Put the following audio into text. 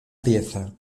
pieza